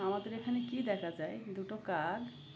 আমাদের এখানে কী দেখা যায় দুটো কাজ